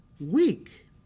weak